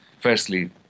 firstly